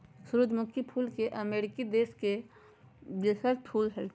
सूरजमुखी फूल अमरीका देश के देशज फूल हइ